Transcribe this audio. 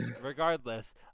regardless